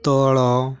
ତଳ